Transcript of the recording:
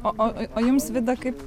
o o o jums vida kaip